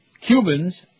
Cubans